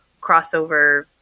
crossover